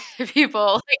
people